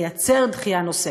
ליצור דחייה נוספת.